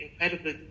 incredible